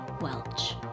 Welch